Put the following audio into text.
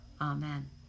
Amen